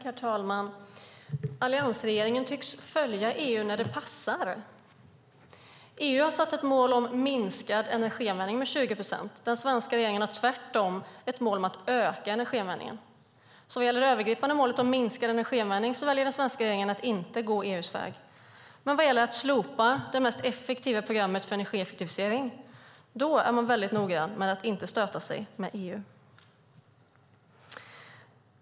Herr talman! Alliansregeringen tycks följa EU när det passar. EU har satt ett mål om minskad energianvändning med 20 procent. Den svenska regeringen har tvärtom ett mål om att öka energianvändningen. Vad det gäller det övergripande målet om en minskad energianvändning väljer alltså den svenska regeringen att inte gå EU:s väg. Men vad gäller att slopa det mest effektiva programmet för energieffektivisering är man väldigt noggrann med att inte stöta sig med EU.